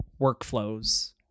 workflows